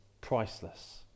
priceless